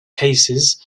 cases